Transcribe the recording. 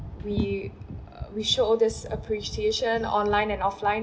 we uh we show this appreciation online and offline